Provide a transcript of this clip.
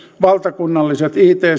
valtakunnalliset